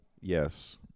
yes